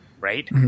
right